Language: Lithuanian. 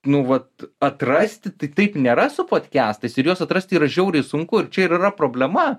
nu vat atrasti tai taip nėra su podkestais ir juos atrasti yra žiauriai sunku ir čia ir yra problema